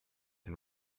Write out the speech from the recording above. and